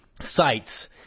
sites